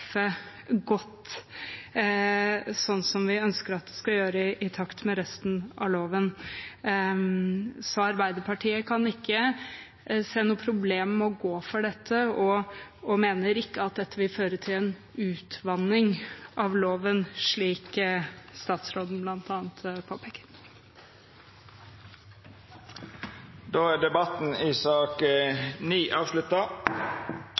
godt, slik vi ønsker at det skal gjøre i takt med resten av loven. Arbeiderpartiet kan ikke se noe problem med å gå for dette og mener at det ikke vil føre til en utvanning av loven, slik statsråden bl.a. påpeker. Fleire har ikkje bedt om ordet til sak